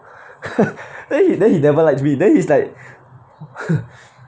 then he then he never liked me then it's like